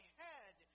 head